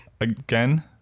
again